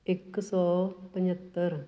ਇੱਕ ਸੌ ਪੰਝੱਤਰ